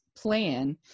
plan